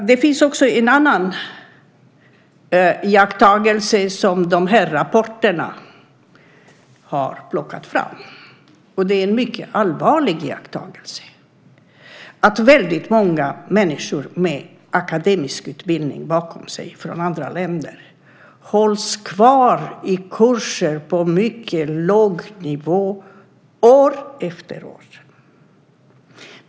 Det finns också en annan iakttagelse som de här rapporterna har plockat fram, och det är en mycket allvarlig iakttagelse. Väldigt många människor med akademisk utbildning bakom sig från andra länder hålls kvar i kurser på mycket låg nivå år efter år.